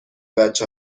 بچه